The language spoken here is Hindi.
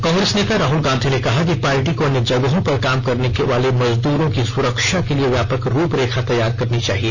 कांग्रेस नेता राहुल गांधी ने कहा कि पार्टी को अन्य जगहों पर काम करने वाले मजदूरों की सुरक्षा के लिए व्यापक रूपरेखा तैयार करनी चाहिए